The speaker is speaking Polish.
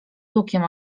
lukiem